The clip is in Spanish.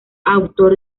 autor